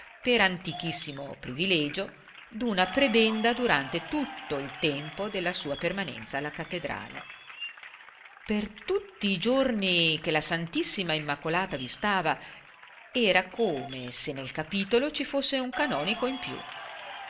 per antichissimo privilegio d'una prebenda durante tutto il tempo della sua permanenza alla cattedrale per tutti i giorni che la ss immacolata vi stava era come se nel capitolo ci fosse un canonico in più